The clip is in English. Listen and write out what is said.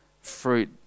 Fruit